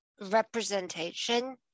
representation